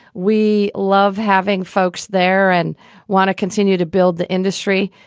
we love having folks there and want to continue to build the industry.